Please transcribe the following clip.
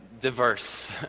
diverse